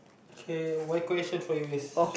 okay why question for you is